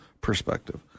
perspective